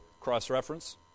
cross-reference